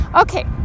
Okay